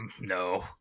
no